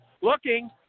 Looking